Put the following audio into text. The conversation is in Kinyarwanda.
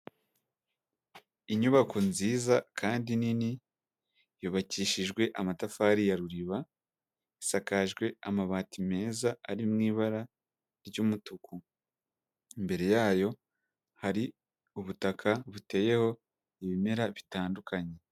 Inyubako nziza kandi nini, yubakishijwe amatafari ya Ruriba, isakajwe amabati meza ari mu ibara ry'umutuku, imbere yayo hari ubutaka buteyeho ibimera bitandukanye.